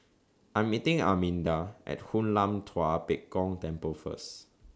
I Am meeting Arminda At Hoon Lam Tua Pek Kong Temple First